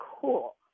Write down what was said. cool